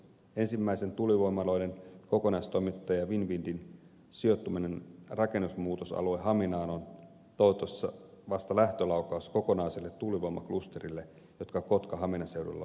ensimmäisen tuulivoimaloiden kokonaistoimittajan winwindin sijoittuminen rakennemuutosalue haminaan on toivottavasti vasta lähtölaukaus kokonaiselle tuulivoimaklusterille joka kotkanhaminan seudulle on suunnitteilla